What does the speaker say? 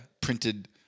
printed